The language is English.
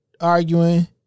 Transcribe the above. arguing